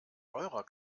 eurer